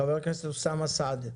חבר הכנסת אוסאמה סעדי.